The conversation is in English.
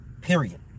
Period